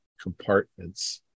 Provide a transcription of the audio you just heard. compartments